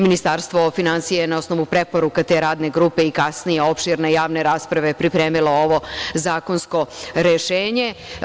Ministarstvo finansija je na osnovu preporuka te Radne grupe i kasnije opširne rasprave, pripremilo ovo zakonsko rešenje.